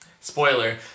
Spoiler